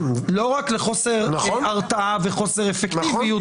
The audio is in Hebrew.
לא רק לחוסר הרתעה וחוסר אפקטיביות.